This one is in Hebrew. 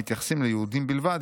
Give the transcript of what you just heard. המתייחסים ליהודים בלבד,